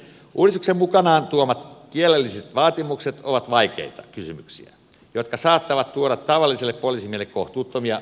uudistuksen mukanaan tuomat kielelliset vaatimukset ovat vaikeita kysymyksiä jotka saattavat tuoda tavalliselle poliisimiehelle kohtuuttomia vaikutuksia